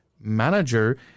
manager